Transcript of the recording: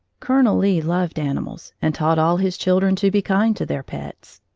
colonel lee loved animals and taught all his children to be kind to their pets.